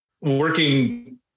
working